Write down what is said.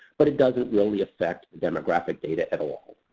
but it doesn't really affect demographic data at all.